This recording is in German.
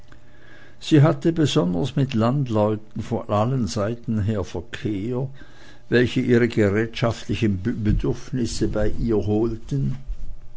sie hatte besonders mit landleuten von allen seiten her verkehr welche sich ihre gerätschaftlichen bedürfnisse bei ihr holten